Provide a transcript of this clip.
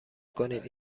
کنید